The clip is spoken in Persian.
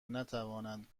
نتوانند